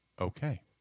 Okay